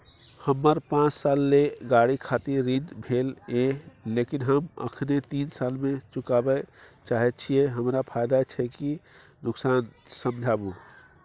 हमर पाँच साल ले गाड़ी खातिर ऋण भेल ये लेकिन हम अखने तीन साल में चुकाबे चाहे छियै हमरा फायदा छै की नुकसान समझाबू?